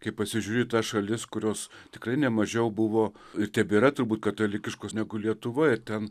kai pasižiūri į tas šalis kurios tikrai nemažiau buvo ir tebėra turbūt katalikiškos negu lietuva ir ten